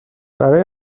برای